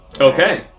Okay